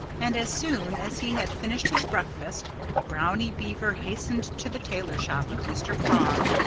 and as soon as he had finished his breakfast brownie beaver hastened to the tailor-shop of mr. frog,